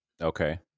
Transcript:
okay